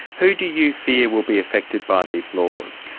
who do you fear will be affected by these laws?